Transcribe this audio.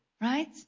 right